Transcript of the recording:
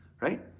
Right